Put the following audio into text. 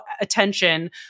attention